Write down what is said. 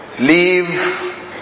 Leave